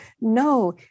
No